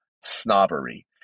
snobbery